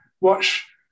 watch